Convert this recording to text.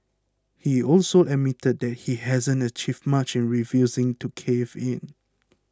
he also admitted that he hasn't achieved much in refusing to cave in